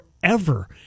forever